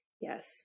Yes